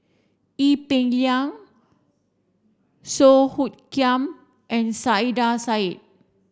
Ee Peng Liang Song Hoot Kiam and Saiedah Said